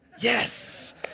Yes